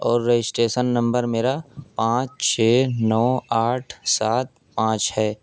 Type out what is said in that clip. اور registration number میرا پانچ چھ نو آٹھ سات پانچ ہے